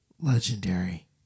legendary